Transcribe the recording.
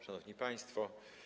Szanowni Państwo!